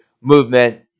movement